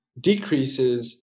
decreases